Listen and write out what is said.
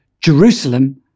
Jerusalem